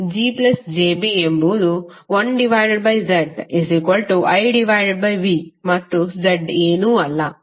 GjB ಎಂಬುದು 1ZIVಮತ್ತು Z ಏನೂ ಅಲ್ಲ ಆದರೆ RjX